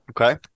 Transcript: okay